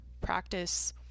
practice